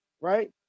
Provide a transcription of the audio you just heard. right